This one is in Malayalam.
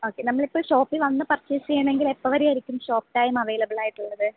ഓക്കെ നമ്മളിപ്പോൾ ഷോപ്പിൽ വന്നു പർച്ചെയ്സ് ചെയ്യണമെങ്കിൽ എപ്പോൾ വരെ ആയിരിക്കും ഷോപ്പ് ടൈം അവൈലബിളായിട്ടുള്ളത്